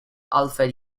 alfred